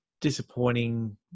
disappointing